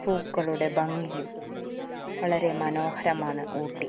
പൂക്കളുടെ ഭംഗിയും വളരെ മനോഹരമാണ് ഊട്ടി